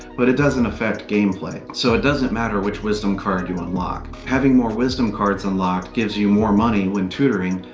but it doesn't affect gameplay. so, it doesn't matter which wisdom card you unlock. having more wisdom cards unlocked gives you more money when tutoring,